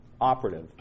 operative